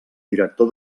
director